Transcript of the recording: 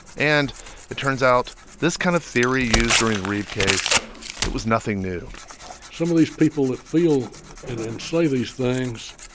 and it turns out, this kind of theory used during the reeb case it was nothing new some of these people that feel and say these things,